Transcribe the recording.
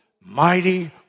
mighty